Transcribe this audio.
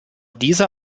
dieser